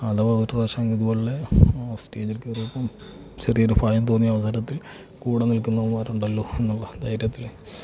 അഥവാ ഒരു വർഷം ഇതുപോലെ സ്റ്റേജിൽ കയറിയപ്പം ചെറിയ ഒരു ഭയം തോന്നിയ അവസരത്തിൽ കൂടെ നിൽക്കന്നവന്മാരുണ്ടല്ലോ എന്നുള്ള ധൈര്യത്തിൽ